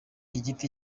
igiti